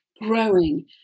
growing